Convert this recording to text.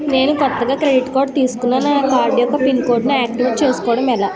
నేను కొత్తగా credit card తిస్కున్నా నా కార్డ్ యెక్క పిన్ కోడ్ ను ఆక్టివేట్ చేసుకోవటం ఎలా?